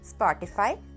Spotify